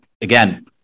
again